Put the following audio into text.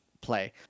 play